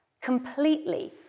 completely